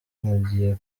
mugiye